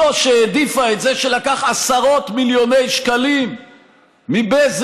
זו שהעדיפה את זה שלקח עשרות מיליוני שקלים מבזק,